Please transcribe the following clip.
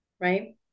right